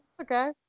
Okay